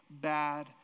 bad